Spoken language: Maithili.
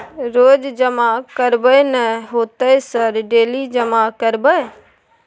रोज जमा करबे नए होते सर डेली जमा करैबै?